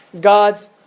God's